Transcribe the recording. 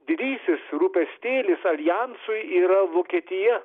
didysis rūpestėlis aljansui yra vokietija